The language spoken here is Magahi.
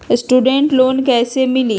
स्टूडेंट लोन कैसे मिली?